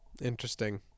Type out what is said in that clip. Interesting